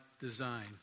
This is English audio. design